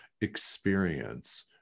experience